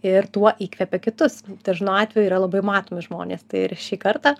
ir tuo įkvepia kitus dažnu atveju yra labai matomi žmonės tai ir šį kartą